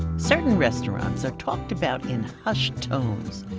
certain restaurants are talked about in hushed tones.